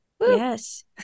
Yes